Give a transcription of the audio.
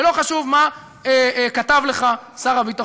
ולא חשוב מה כתב לך שר הביטחון,